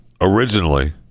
originally